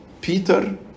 Peter